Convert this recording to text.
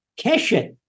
Keshet